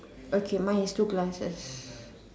okay mine is two glasses